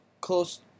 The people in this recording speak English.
Close